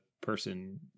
person